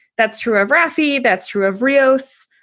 that's true of rafie. that's true of rios,